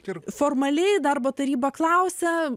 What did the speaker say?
ir formaliai darbo taryba klausia